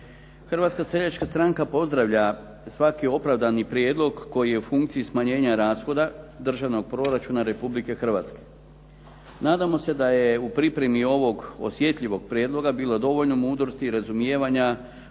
Hrvatska seljačka stranka pozdravlja svaki opravdani prijedlog koji je u funkciji smanjenja rashoda državnog proračuna Republike Hrvatske. Nadamo se da je u pripremi ovog osjetljivog prijedloga bilo dovoljno mudrosti i razumijevanja